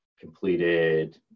completed